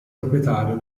proprietario